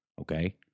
Okay